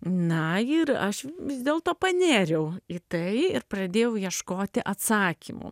na ir aš vis dėlto panėriau į tai ir pradėjau ieškoti atsakymų